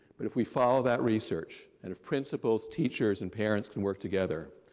but if we follow that research and if principles, teachers, and parents can work together,